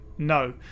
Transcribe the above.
no